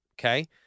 okay